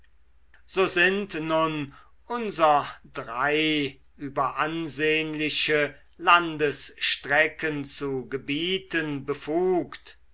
so sind nun unser drei über ansehnliche landesstrecken zu gebieten befugt